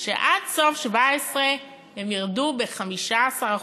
שעד סוף 17' הם ירדו ב-15%.